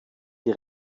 die